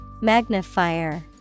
Magnifier